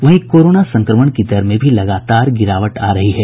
वहीं कोरोना संक्रमण की दर में भी लगातार गिरावट आ रही है